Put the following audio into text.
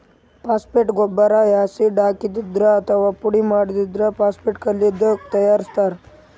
phosphate ಗೊಬ್ಬರ್ acid ಹಾಕಿದ್ರಿಂದ್ ಅಥವಾ ಪುಡಿಮಾಡಿದ್ದ್ ಫಾಸ್ಫೇಟ್ ಕಲ್ಲಿಂದ್ ತಯಾರಿಸ್ತಾರ್